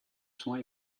soins